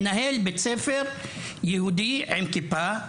מנהל בית ספר יהודי עם כיפה,